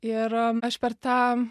ir aš per tą